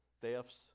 thefts